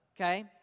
Okay